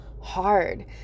hard